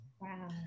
Wow